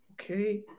Okay